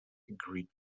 greet